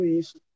isso